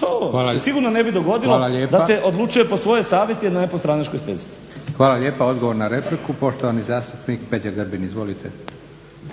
To se sigurno ne bi dogodilo da se odlučuje po svojoj savjesti, a ne po stranačkoj stezi. **Leko, Josip (SDP)** Hvala lijepo. Odgovor na repliku poštovani zastupnik Peđa Grbin. Izvolite.